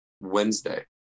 Wednesday